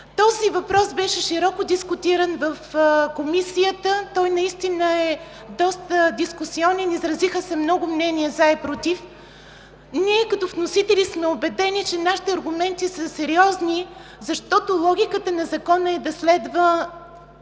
Този въпрос беше широко дискутиран в Комисията. Той наистина е доста дискусионен. Изразиха се много мнения „за” и „против“. Като вносители сме убедени, че нашите аргументи са сериозни, защото логиката на Закона е да следва